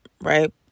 Right